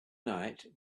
night